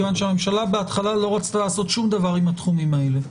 כי הממשלה בהתחלה לא רצתה לעשות דבר עם התחומים האלה.